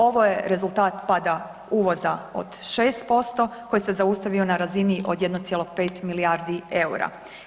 Ovo je rezultat pada uvoza od 6% koji se zaustavio na razini od 1,5 milijardi eura.